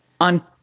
on